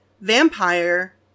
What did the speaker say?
Vampire